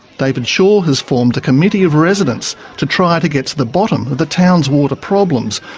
david shaw has formed a committee of residents to try to get to the bottom of the town's water problems,